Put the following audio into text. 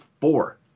four